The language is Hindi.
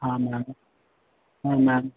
हाँ मैम हाँ मैम